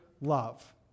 love